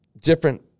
different